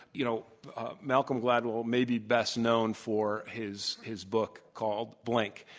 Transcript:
you know ah malcolm gladwell may be best known for his his book called blink.